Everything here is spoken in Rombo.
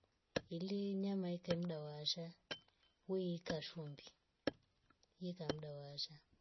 Ili nyama eka mndaa washa weika shumbi ika mdaa washa